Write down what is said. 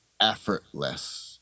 effortless